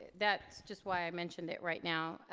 that's just why i mentioned it right now.